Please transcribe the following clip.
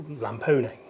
lampooning